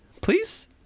please